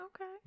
okay